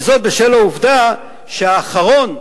וזאת בשל העובדה שהאחרון,